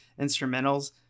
instrumentals